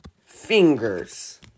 fingers